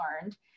learned